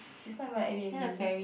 it's even a Airbnb